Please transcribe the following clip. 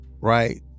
right